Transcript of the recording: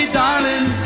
darling